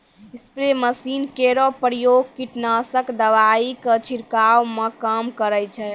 spray machine केरो प्रयोग कीटनाशक दवाई क छिड़कावै म काम करै छै